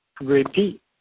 repeat